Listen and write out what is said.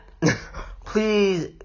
please